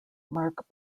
mark